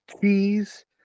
cheese